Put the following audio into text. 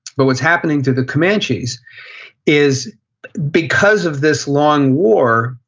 but what's happening to the comanches is because of this long war,